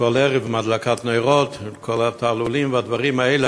כל ערב, הדלקת נרות וכל התעלולים והדברים האלה,